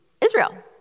Israel